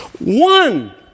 One